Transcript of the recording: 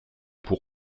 pour